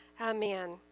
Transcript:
Amen